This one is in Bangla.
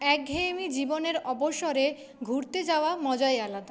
একঘেয়েমি জীবনের অবসরে ঘুরতে যাওয়ার মজাই আলাদা